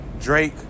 Drake